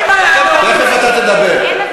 תכף אתה תדבר.